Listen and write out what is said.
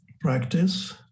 practice